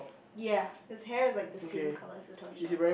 ya his hair is like the same colour as a toy shop